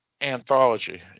Anthology